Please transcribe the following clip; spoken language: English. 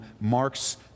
marks